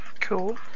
Cool